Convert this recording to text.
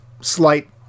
slight